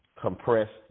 compressed